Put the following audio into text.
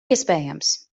iespējams